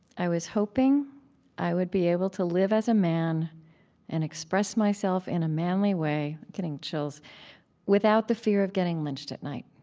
i was hoping i would be able to live as a man and express myself in a manly way i'm getting chills without the fear of getting lynched at night.